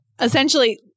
essentially